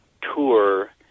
tour